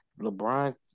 LeBron